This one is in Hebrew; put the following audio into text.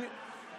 בבקשה, גברתי.